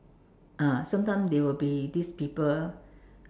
ah sometimes they will be these people